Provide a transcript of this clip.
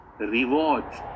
rewards